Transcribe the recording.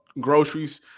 groceries